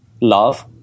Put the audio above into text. love